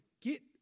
get